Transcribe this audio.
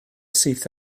syth